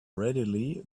readily